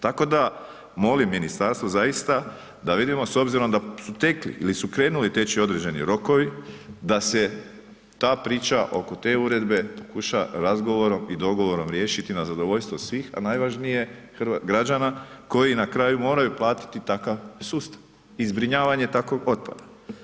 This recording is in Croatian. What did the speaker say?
Tako da molim ministarstvo zaista da vidimo s obzirom da su tekli ili su krenuli teći određeni rokovi da se ta priča oko te uredbe pokuša razgovorom i dogovorom riješiti na zadovoljstvo svih, a najvažnije građana koji na kraju moraju platiti takav sustav i zbrinjavanje takvog otpada.